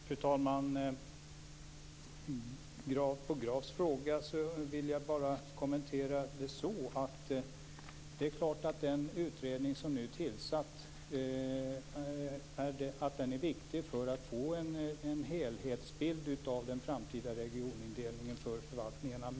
Fru talman! Grafs fråga vill jag bara kommentera så att det är klart att den utredning som nu är tillsatt är viktig för att man skall kunna få en helhetsbild av den framtida regionindelningen för förvaltningarna.